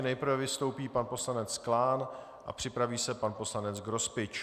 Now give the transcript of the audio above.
Nejprve vystoupí pan poslanec Klán a připraví se pan poslanec Grospič.